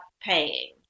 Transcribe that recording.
paying